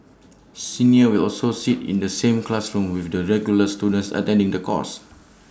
seniors will also sit in the same classrooms with the regular students attending the course